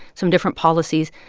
some different policies,